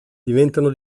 diventano